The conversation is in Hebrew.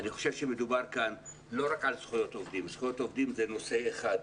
מדובר כאן לא רק על זכויות עובדים זכויות עובדים זה נושא אחד,